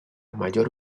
mayor